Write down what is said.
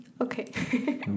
Okay